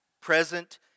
present